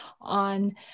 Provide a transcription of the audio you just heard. on